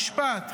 משפט,